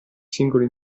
singoli